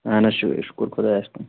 اَہَن حظ شو شُکر خُدایس کُن